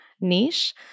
niche